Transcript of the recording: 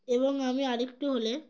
এবং আমি আরেকটু হলে